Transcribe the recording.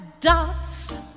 dots